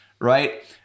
right